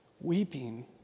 weeping